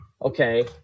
Okay